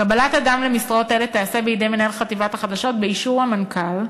קבלת אדם למשרות אלה תיעשה בידי מנהל חטיבת החדשות באישור המנכ"ל,